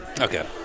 Okay